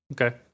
Okay